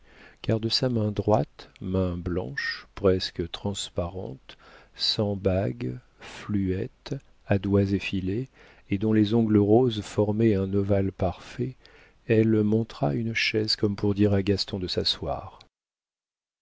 car de sa main droite main blanche presque transparente sans bagues fluette à doigts effilés et dont les ongles roses formaient un ovale parfait elle montra une chaise comme pour dire à gaston de s'asseoir